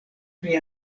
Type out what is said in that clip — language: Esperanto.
pri